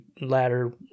ladder